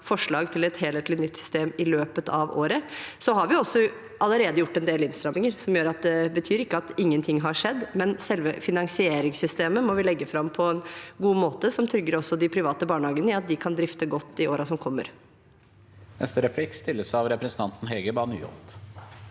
forslag til et helhetlig, nytt system i løpet av året. Vi har allerede gjort en del innstramminger. Det betyr ikke at ingenting har skjedd, men selve finansieringssystemet må vi legge fram på en god måte som trygger også de private barnehagene i at de kan drifte godt i årene som kommer.